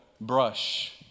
brush